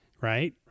right